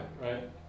right